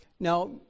Now